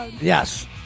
yes